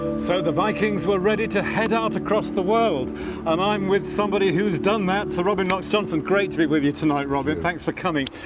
so the vikings were ready to head out across the world and i'm with somebody who's done that sir robin knox johnson. great to be with you tonight robert, thanks for coming